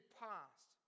past